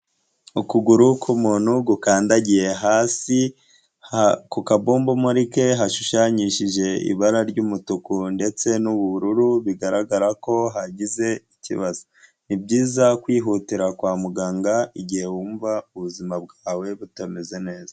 Ukuguru k'umuntu gukandagiye hasi, ku kabombambari ke hashushanyishije ibara ry'umutuku ndetse n'ubururu, bigaragara ko hagize ikibazo ni byiza kwihutira kwa muganga igihe wumva ubuzima bwawe butameze neza.